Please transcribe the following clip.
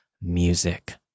music